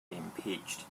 impeached